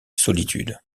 solitude